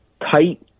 tight